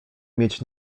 mieć